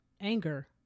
anger